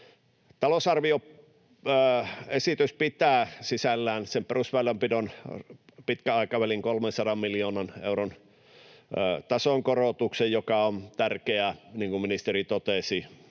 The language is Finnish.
Talousarvioesitys pitää sisällään sen perusväylänpidon pitkän aikavälin 300 miljoonan euron tason korotuksen, joka on tärkeä, niin kuin ministeri totesi,